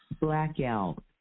blackout